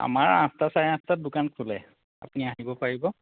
আমাৰ আঠটা চাৰে আঠটাত দোকান খোলে আপুনি আহিব পাৰিব